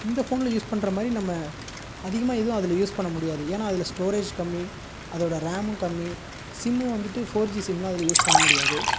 இந்த ஃபோனில் யூஸ் பண்ணுற மாதிரி நம்ம அதிகமாக எதுவும் அதில் யூஸ் பண்ண முடியாது ஏன்னா அதில் ஸ்டோரேஜ் கம்மி அதோடய ரேமும் கம்மி சிம்மும் வந்துட்டு ஃபோர் ஜி சிம்லாம் அதில் யூஸ் பண்ண முடியாது